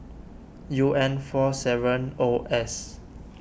U N four seven O S